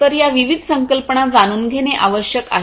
तर या विविध संकल्पना जाणून घेणे आवश्यक आहेत